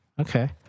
okay